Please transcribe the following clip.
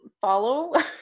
follow